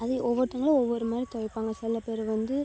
அதே ஒவ்வொருத்தங்களும் ஒவ்வொரு மாதிரி துவைப்பாங்க சில பேர் வந்து